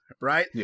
right